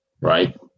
right